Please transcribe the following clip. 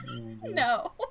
No